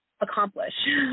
accomplish